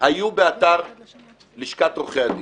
היו באתר לשכת עורכי הדין,